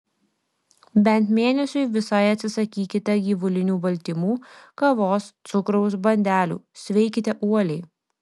bent mėnesiui visai atsisakykite gyvulinių baltymų kavos cukraus bandelių sveikite uoliai